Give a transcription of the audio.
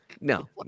No